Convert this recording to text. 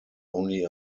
only